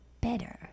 better